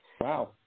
Wow